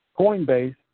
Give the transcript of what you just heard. Coinbase